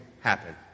happen